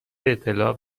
اطلاع